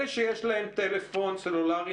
אלה שיש להם טלפון סלולרי,